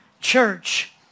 church